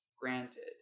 granted